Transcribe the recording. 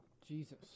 Jesus